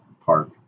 park